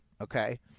okay